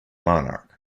monarch